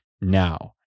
now